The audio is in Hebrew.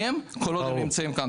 כל עוד הם נמצאים כאן.